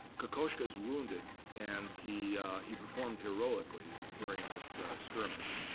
kokoschka's wounded. and he he performed heroically during this skirmish.